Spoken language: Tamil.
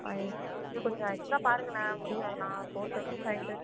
ஃபைவ் இன்னும் கொஞ்சம் எக்ஸ்ட்ராக பாருங்களேன் முடியும் அதெலாம் ஃபோர் தௌசண்ட் ஃபைவ் ஹண்ட்ரட்